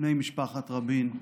בני משפחת רבין,